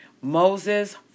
Moses